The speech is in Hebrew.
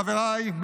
חבריי,